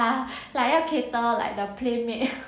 ah like 要 cater like the playmate